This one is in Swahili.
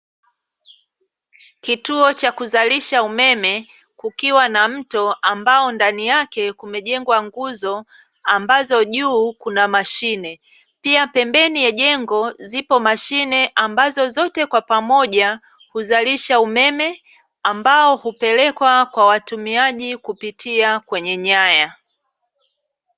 Kituo Cha kuzalisha umeme kukiwa na mto ambao ndani yake kumejegwa nguzo ambazo juu kuna mashine . Pia pembeni ya jengo zipo mashine ambazo zote kwa pamoja huzalisha umeme, ambao hupeleka kwa watumiaji kupitia kwenye nyaya.